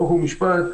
חוק ומשפט,